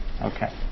Okay